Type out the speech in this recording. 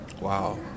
Wow